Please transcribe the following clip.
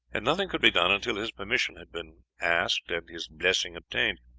and nothing could be done until his permission had been asked and his blessing obtained.